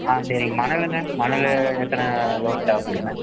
ஆ சரிங்க மணலுங்க மணல் எத்தனை லோட் தேவைப்படுங்க